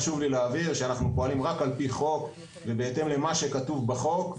חשוב לי להבהיר שאנחנו פועלים רק על פי חוק ובהתאם למה שכתוב בחוק.